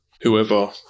whoever